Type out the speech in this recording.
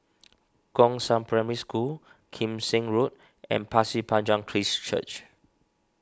Gongshang Primary School Kim Seng Road and Pasir Panjang Christ Church